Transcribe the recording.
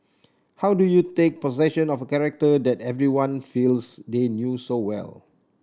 how do you take possession of a character that everyone feels they knew so well